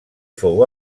fou